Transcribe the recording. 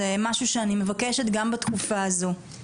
זה משהו שאני מבקשת גם בתקופה הזאת.